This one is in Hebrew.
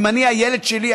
אם הילד שלי,